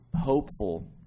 hopeful